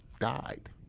died